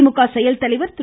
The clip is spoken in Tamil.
திமுக ச செயல்தலைவர் திரு